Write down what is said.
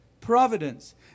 providence